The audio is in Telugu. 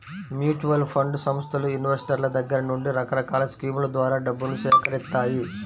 మ్యూచువల్ ఫండ్ సంస్థలు ఇన్వెస్టర్ల దగ్గర నుండి రకరకాల స్కీముల ద్వారా డబ్బును సేకరిత్తాయి